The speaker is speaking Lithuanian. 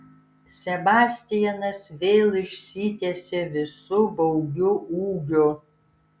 sebastianas vėl išsitiesė visu baugiu ūgiu